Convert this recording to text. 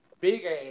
big-ass